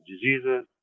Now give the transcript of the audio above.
diseases